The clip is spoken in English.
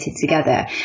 together